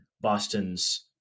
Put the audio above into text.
Boston's